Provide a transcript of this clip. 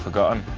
forgotten,